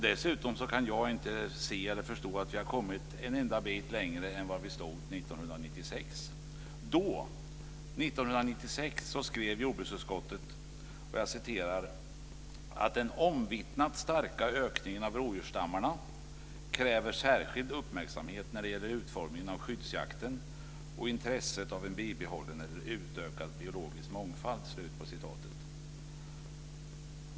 Dessutom kan jag inte se eller förstå att vi har kommit en enda bit längre än där vi stod 1996. Då, 1996, skrev jordbruksutskottet att den omvittnat starka ökningen av rovdjursstammarna kräver särskild uppmärksamhet när det gäller utformningen av skyddsjakten och intresset av en bibehållen eller utökad biologisk mångfald.